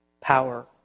power